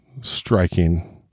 striking